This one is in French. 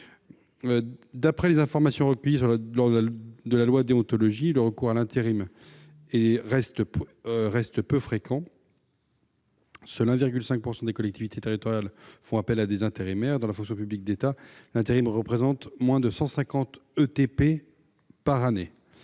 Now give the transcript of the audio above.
D'après les informations recueillies lors de l'examen de la loi Déontologie, le recours à l'intérim reste peu fréquent : seul 1,5 % des collectivités territoriales font appel à des intérimaires. Dans la fonction publique d'État, l'intérim représente moins de 150 équivalents